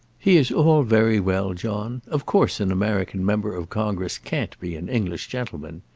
he is all very well, john. of course an american member of congress can't be an english gentleman.